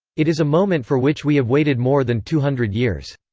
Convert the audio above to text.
it is a moment for which we have waited more than two hundred years.